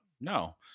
No